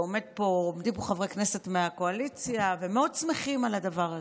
ועומדים פה חברי כנסת מהקואליציה ומאוד שמחים על הדבר הזה.